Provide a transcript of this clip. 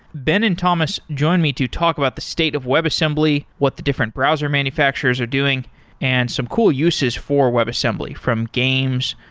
ben and thomas join me to talk about the state of webassembly, what the different browser manufacturers are doing and some cool uses for webassembly, from games,